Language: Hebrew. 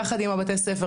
יחד עם בתי הספר,